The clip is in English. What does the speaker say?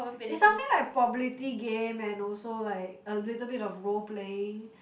it's something like probability game and also like a little bit of role playing